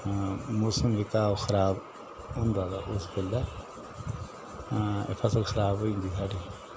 मौसम जेह्का ओह् खराब होंदा तां उस बैल्ले फसल खराब होई जन्दी स्हाड़ी